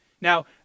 Now